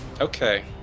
Okay